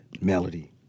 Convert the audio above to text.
Melody